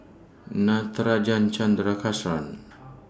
Natarajan